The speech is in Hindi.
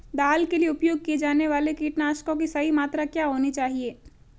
दाल के लिए उपयोग किए जाने वाले कीटनाशकों की सही मात्रा क्या होनी चाहिए?